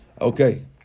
Okay